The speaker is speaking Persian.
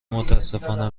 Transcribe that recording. متأسفانه